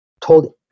told